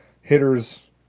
hitters